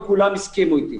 וכולם הסכימו איתי.